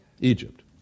egypt